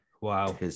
Wow